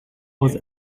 was